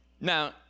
Now